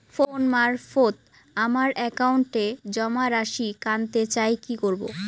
Phone মারফত আমার একাউন্টে জমা রাশি কান্তে চাই কি করবো?